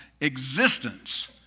existence